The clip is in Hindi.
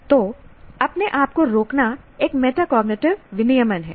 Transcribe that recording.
तो अपने आप को रोकना एक मेटाकॉग्निटिव विनियमन है